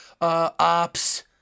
ops